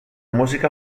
música